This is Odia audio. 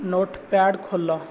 ନୋଟ୍ ପ୍ୟାଡ୍ ଖୋଲ